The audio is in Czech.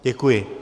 Děkuji.